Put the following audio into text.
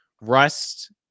Rust